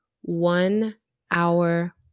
one-hour